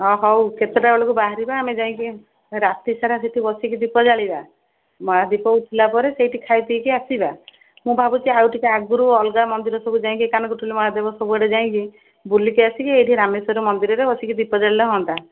ହଁ ହଉ କେତେଟା ବେଳକୁ ବାହାରିବା ଆମେ ଯାଇକି ରାତିସାରା ସେଇଠି ବସିକି ଦୀପ ଜାଳିବା ମହାଦୀପ ଉଠିଲା ପରେ ସେଇଠି ଖାଇପିଇକି ଆସିବା ମୁଁ ଭାବୁଛି ଆଉ ଟିକିଏ ଆଗରୁ ଅଲଗା ମନ୍ଦିର ସବୁ ଯାଇକି ମହାଦେବ ସବୁଆଡ଼େ ଯାଇକି ବୁଲିକି ଆସିକି ଏଇଠି ରାମେଶ୍ଵର ମନ୍ଦିରରେ ବସିକି ଦୀପ ଜାଳିଲେ ହୁଅନ୍ତା